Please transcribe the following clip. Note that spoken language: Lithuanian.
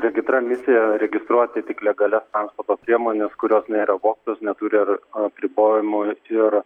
regitra misija registruoti tik legalia transporto priemones kurios nėra vogtos neturi ar apribojimų ir